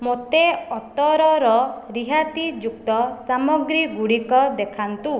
ମୋତେ ଅତରର ରିହାତିଯୁକ୍ତ ସାମଗ୍ରୀଗୁଡ଼ିକ ଦେଖାନ୍ତୁ